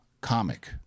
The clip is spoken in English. comic